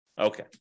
okay